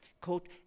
quote